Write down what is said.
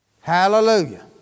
Hallelujah